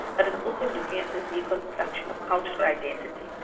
but it's also looking at the reconstruction of cultural identity,